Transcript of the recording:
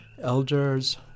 Elder's